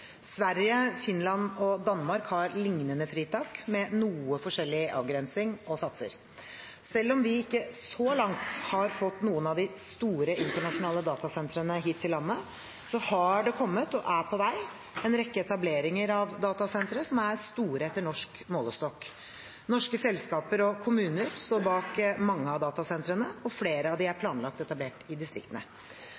Sverige, Finland og Danmark har lignende fritak, med noe forskjellig avgrensning og satser. Selv om vi så langt ikke har fått noen av de store, internasjonale datasentrene hit til landet, har det kommet og er på vei en rekke etableringer av datasentre som er store etter norsk målestokk. Norske selskaper og kommuner står bak mange av datasentrene, og flere av dem er